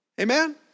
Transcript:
Amen